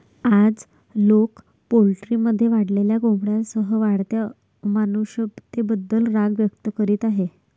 आज, लोक पोल्ट्रीमध्ये वाढलेल्या कोंबड्यांसह वाढत्या अमानुषतेबद्दल राग व्यक्त करीत आहेत